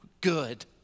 good